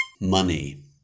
money